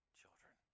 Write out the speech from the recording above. children